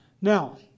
Now